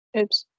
Oops